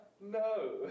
No